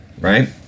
right